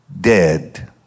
dead